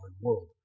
world